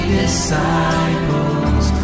disciples